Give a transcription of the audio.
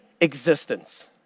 existence